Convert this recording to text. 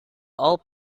all